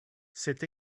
c’est